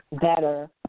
better